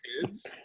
kids